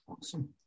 Awesome